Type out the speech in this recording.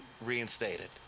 Reinstated